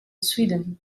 sweden